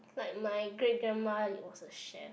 like my great grandma was a chef